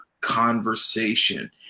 conversation